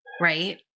right